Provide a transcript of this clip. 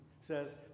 says